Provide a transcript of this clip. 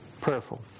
prayerful